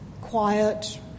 quiet